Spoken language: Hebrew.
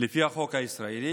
לפי החוק הישראלי,